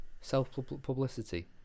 self-publicity